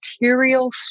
material